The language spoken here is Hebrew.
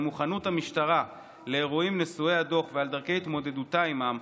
מוכנות המשטרה לאירועים נשואי הדוח ועל דרכי התמודדותה עימם,